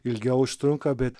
ilgiau užtrunka bet